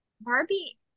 barbie